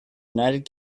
united